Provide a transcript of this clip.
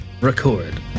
Record